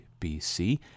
BC